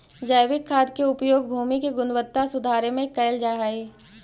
जैविक खाद के उपयोग भूमि के गुणवत्ता सुधारे में कैल जा हई